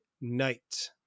night